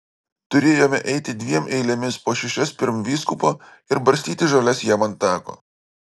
turėjome eiti dviem eilėmis po šešias pirm vyskupo ir barstyti žoles jam ant tako